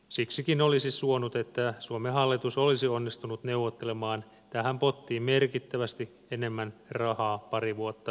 siksikin olisi suonut että suomen hallitus olisi onnistunut neuvottelemaan tähän pottiin merkittävästi enemmän rahaa pari vuotta sitten